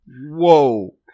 Whoa